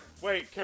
wait